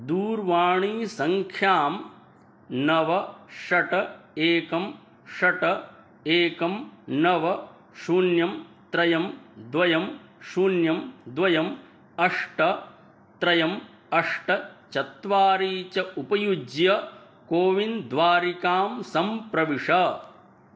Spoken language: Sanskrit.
दूरवाणीसङ्ख्यां नव षट् एकं षट् एकं नव शून्यं त्रयं द्वयं शून्यं द्वयम् अष्ट त्रयम् अष्ट चत्वारि च उपयुज्य कोविन् द्वारिकां सम्प्रविश